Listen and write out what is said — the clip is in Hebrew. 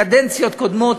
קדנציות קודמות.